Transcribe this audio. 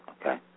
okay